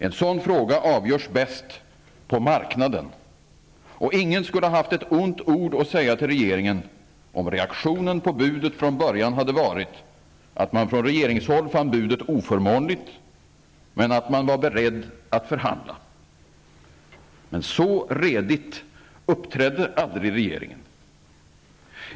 En sådan fråga avgörs bäst på marknaden. Och ingen skulle ha haft ett ont ord att säga till regeringen om reaktionen på budet från början hade varit att man från regeringshåll fann budet oförmånligt men att man var beredd att förhandla. Men så redigt uppträdde aldrig regeringen.